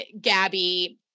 Gabby